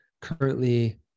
currently